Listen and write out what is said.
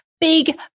Big